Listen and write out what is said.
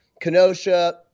Kenosha